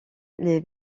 les